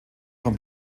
von